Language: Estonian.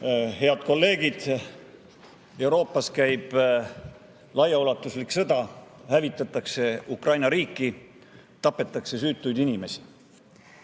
Head kolleegid! Euroopas käib laiaulatuslik sõda, hävitatakse Ukraina riiki, tapetakse süütuid inimesi.